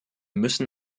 müssen